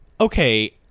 okay